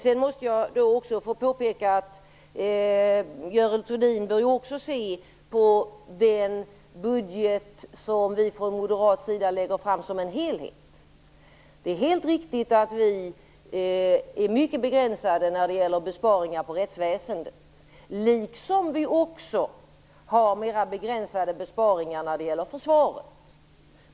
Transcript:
Jag måste också få påpeka att Görel Thurdin bör se den budget som vi från moderat sida lägger fram som en helhet. Det är helt riktigt att vi är mycket begränsade när det gäller besparingar på rättsväsendet, liksom vi också har mera begränsade besparingar när det gäller försvaret.